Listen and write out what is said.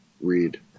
read